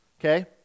Okay